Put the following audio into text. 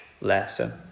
lesson